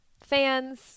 fans